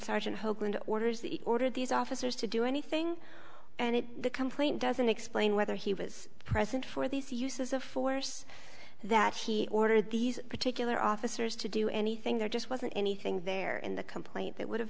sergeant hoagland orders the order these officers to do anything and if the complaint doesn't explain whether he was present for these uses of force that he ordered these particular officers to do anything there just wasn't anything there in the complaint that would have